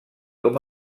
com